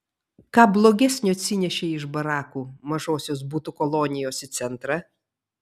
ką blogesnio atsinešei iš barakų mažosios butų kolonijos į centrą